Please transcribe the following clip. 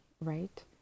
right